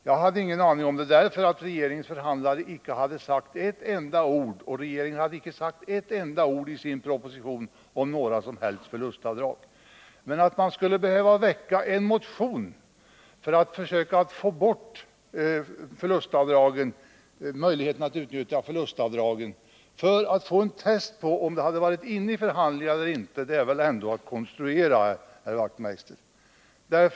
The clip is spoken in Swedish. Jag hade ingen aning om det därför att regeringens förhandlare — liksom inte heller regeringen i sin proposition — hade sagt ett enda ord om några som helst förlustavdrag. Men att man skulle behöva väcka en motion om att få bort möjligheten att utnyttja rätten till förlustavdrag för att få testat om frågan varit uppe i förhandlingar eller inte — det är väl ändå att konstruera, herr Wachtmeister.